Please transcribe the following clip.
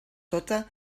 tota